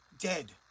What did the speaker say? Dead